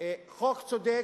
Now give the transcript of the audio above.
חוק צודק.